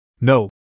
No